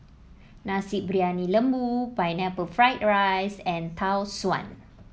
Nasi Briyani Lembu Pineapple Fried Rice and Tau Suan